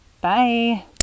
Bye